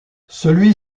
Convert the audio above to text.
celui